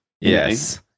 Yes